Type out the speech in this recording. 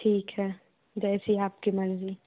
ठीक हैं जैसी आपकी मर्ज़ी